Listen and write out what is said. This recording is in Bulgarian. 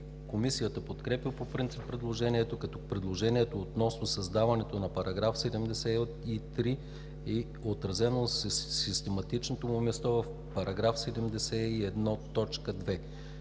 Комисията подкрепя по принцип предложението, като предложението относно създаването на § 73 е отразено на систематичното му място в § 71,